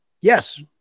Yes